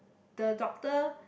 the doctor